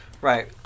Right